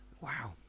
Wow